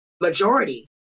majority